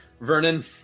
Vernon